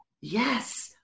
Yes